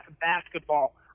Basketball